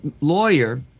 lawyer